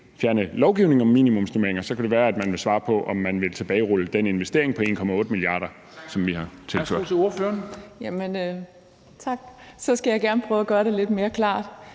fjerne lovgivningen om minimumsnormeringer, så kan det være, at man vil svare på, om man vil tilbagerulle den investering på 1,8 mia. kr., som vi har tilført.